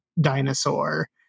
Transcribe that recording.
dinosaur